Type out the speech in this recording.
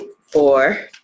four